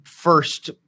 first